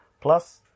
Plus